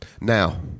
Now